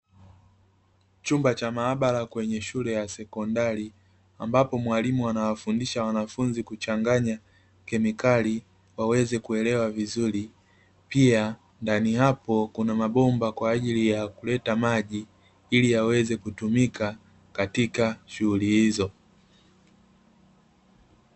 Chumba cha maabara kwenye shule ya sekondari, ambapo mwalimu anawafundisha wanafunzi kuchanganya kemikali, waweze kuelewa vizuri. Pia ndani hapo kuna mabomba kwa ajili ya kuleta maji, ili yaweze kutumika katika shughuli hizo.